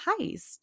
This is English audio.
heist